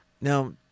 Now